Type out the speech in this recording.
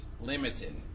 limited